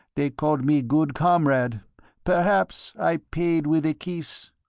they called me good comrade perhaps i paid with a kiss.